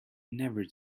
never